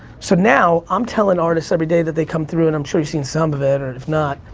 so now i'm telling artists every day that they come through and i'm sure you've seen some of it, and if not,